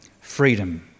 freedom